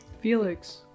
Felix